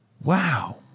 Wow